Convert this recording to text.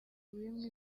wimwe